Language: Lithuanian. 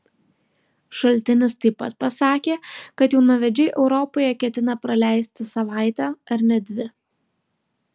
šaltinis taip pat pasakė kad jaunavedžiai europoje ketina praleisti savaitę ar net dvi